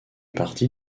partie